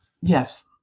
Yes